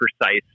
precise